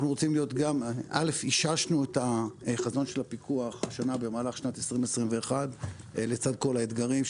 דבר ראשון איששנו את החזון של הפיקוח במהלך שנת 2021 לצד כל האתגרים.